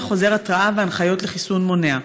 חוזר התרעה והנחיות לחיסון מונע.